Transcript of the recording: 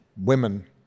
women